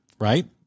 right